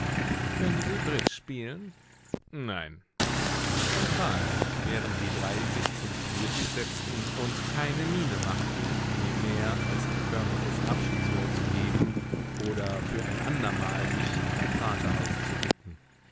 können sie bridge spielen nein ich empfahl mich während die drei sich zum spieltisch setzten und keine miene machten mir mehr als ein förmliches abschiedswort zu geben oder für ein andermal mich in mein vaterhaus zu bitten